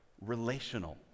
relational